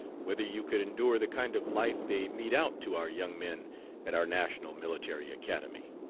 whether you could endure the kind of life they mete out to our young men at our national military academy.